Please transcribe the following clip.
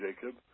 Jacob